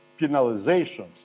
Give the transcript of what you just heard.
penalization